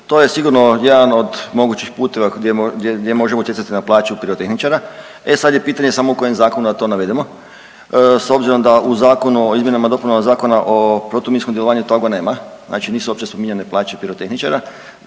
To je sigurno jedan od mogućih puteva gdje možemo utjecati na plaću pirotehničara. E sad je pitanje samo u kojem zakonu da to navedemo s obzirom da u Zakonu o izmjenama i dopunama Zakona o protuminskom djelovanju toga nema, znači nisu uopće spominjane plaće pirotehničara